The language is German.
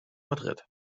madrid